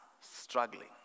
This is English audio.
struggling